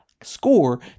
SCORE